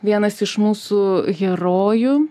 vienas iš mūsų herojų